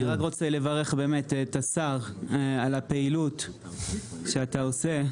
השר, אני רק רוצה לברך אותך על הפעילות שאתה עושה.